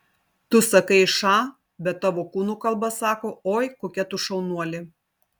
tu sakai ša bet tavo kūno kalba sako oi kokia tu šaunuolė